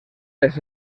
les